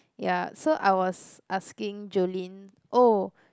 ya so I was asking Jolene oh